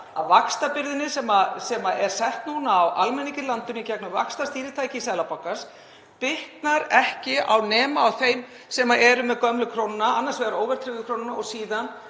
að vaxtabyrðin sem er sett núna á almenning í landinu í gegnum vaxtastýritæki Seðlabankans bitnar aðeins á þeim sem eru með gömlu krónuna, annars vegar óverðtryggðu krónuna og síðan